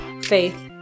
faith